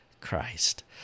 Christ